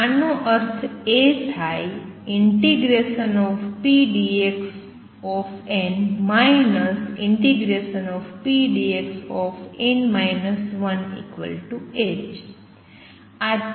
આનો અર્થ એ થાય ∫pdxn ∫pdxn 1h